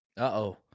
Uh-oh